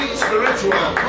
spiritual